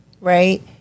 right